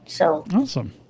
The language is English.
Awesome